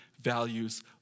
values